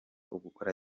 ugukora